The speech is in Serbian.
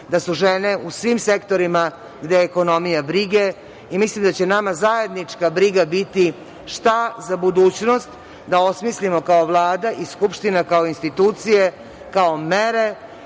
da su žene u svim sektorima gde ekonomija, brige i mislim da će nama zajednička briga biti šta za budućnost da osmislimo kao Vlada i Skupština kao institucije, kao mere